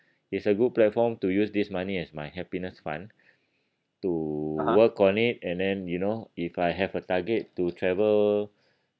it's a good platform to use this money as my happiness fund to work on it and then you know if I have a target to travel